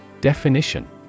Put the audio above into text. Definition